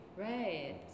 Right